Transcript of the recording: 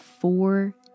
four